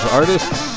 artists